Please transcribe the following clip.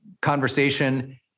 conversation